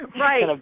right